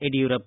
Yediyurappa